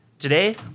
Today